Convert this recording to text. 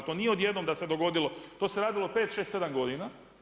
To nije odjednom da se dogodilo, to se radilo 5, 6, 7 godina.